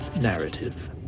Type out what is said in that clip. narrative